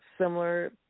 similar